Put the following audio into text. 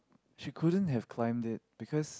she couldn't have climbed it because